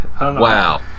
Wow